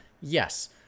yes